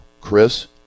Chris